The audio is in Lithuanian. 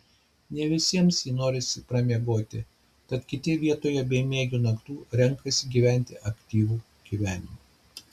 ne visiems jį norisi pramiegoti tad kiti vietoj bemiegių naktų renkasi gyventi aktyvų gyvenimą